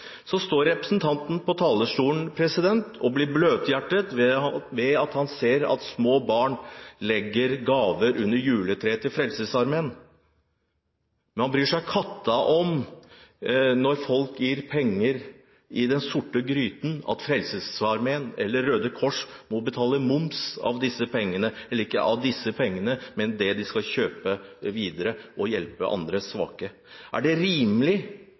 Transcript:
Så står representanten på talerstolen og blir bløthjertet av å se at små barn legger gaver under juletreet til Frelsesarmeen. Men han bryr seg katta om at når folk gir penger i den sorte gryten, må Frelsesarmeen – eller Røde Kors – betale moms av disse pengene, eller ikke av disse pengene, men av det de skal kjøpe videre og hjelpe andre svake med. Er det rimelig